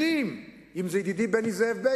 מבינים, אם זה ידידי ד"ר בני בגין,